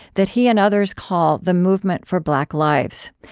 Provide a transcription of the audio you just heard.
that he and others call the movement for black lives.